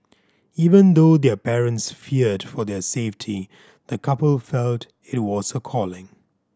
even though their parents feared for their safety the couple felt it was a calling